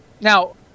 now